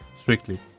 strictly